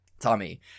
Tommy